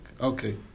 Okay